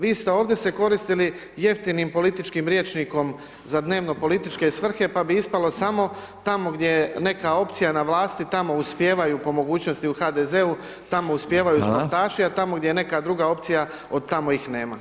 Vi ste ovdje se koristili jeftinim političkim rječnikom za dnevno-političke svrhe pa bi ispalo samo tamo gdje je neka opcija na vlasti tamo uspijevaju po mogućnosti u HDZ-u, tamo uspijevaju sportaši [[Upadica: Hvala.]] a tamo gdje je neka druga opcija, od tamo ih nema.